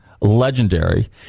legendary